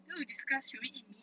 then we discuss should we eat meat